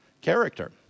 Character